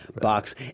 box